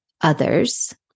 others